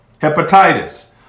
Hepatitis